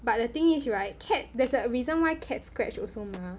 but the thing is right cat there's a reason why cat scratch also mah